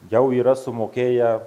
jau yra sumokėję